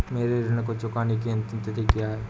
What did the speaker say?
मेरे ऋण को चुकाने की अंतिम तिथि क्या है?